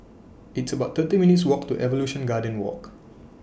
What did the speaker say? It's about thirty minutes' Walk to Evolution Garden Walk